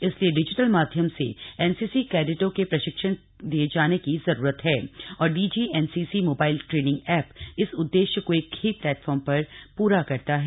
इसलिए digital माध्यम से एनसीसी कैड ों के प्रशिक्षण दिए जाने की जरूरत है और डीजीएनसीसी मोबाइल ट्रेनिंग ऐप इस उददेश्य को एक ही प्ले फॉर्म पर पूरा करता है